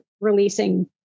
releasing